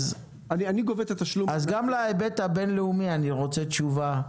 אני גובה את התשלום -- אז גם להיבט הבינלאומי אני רוצה תשובה,